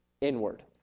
inward